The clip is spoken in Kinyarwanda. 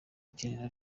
ukinira